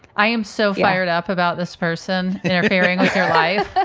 i am so fired up about this person interfering with their life.